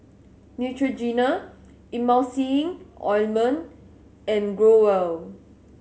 Neutrogena Emulsying Ointment and Growell